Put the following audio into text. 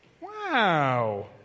Wow